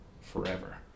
forever